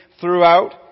throughout